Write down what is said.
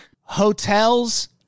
hotels